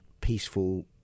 peaceful